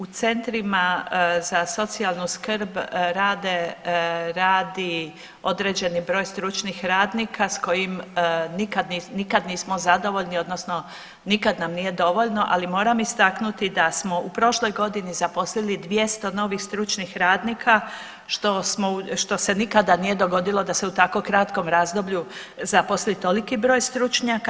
U centrima za socijalnu skrb radi određeni broj stručnih radnika s kojim nikad nismo zadovoljni odnosno nikad nam nije dovoljno, ali moram istaknuti da smo u prošloj godini zaposlili 200 novih stručnih radnika što se nikada nije dogodilo da se u tako kratkome razdoblju zaposli toliki broj stručnjaka.